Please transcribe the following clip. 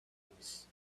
names